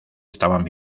estaban